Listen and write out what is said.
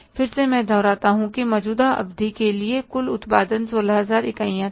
फिर से मैं दोहराता हूं कि मौजूदा अवधि के लिए कुल उत्पादन 16000 इकाइयां था